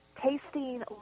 tasting